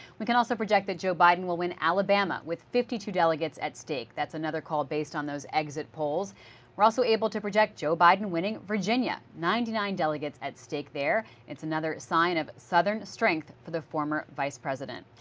we can also project that joe biden will win alabama with fifty two delegates at stake. that's another call based on those exit polls. we are also able to protect joe biden winning virginia, ninety nine delegates at stake there. it's another sign of southern strength for the former vice president.